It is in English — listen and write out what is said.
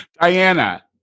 Diana